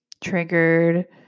Triggered